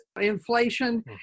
inflation